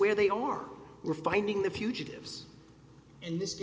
where they are we're finding the fugitives and this